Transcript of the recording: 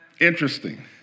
Interesting